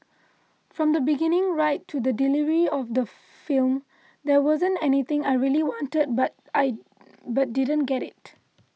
from the beginning right to the delivery of the film there wasn't anything I really wanted but I but didn't get it